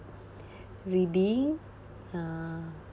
reading uh